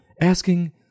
asking